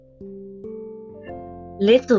Little